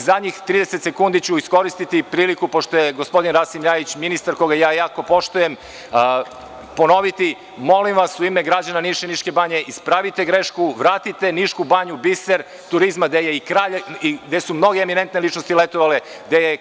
Zadnjih 30 sekundi ću iskoristiti priliku pošto je gospodin Rasim Ljajić, ministar koga ja jako poštujem, ponoviti, u ime građana Niša i Niške banje, ispravite grešku, vratite Nišku banju, biser turizma, gde su mnoge eminentne ličnosti letovale, gde je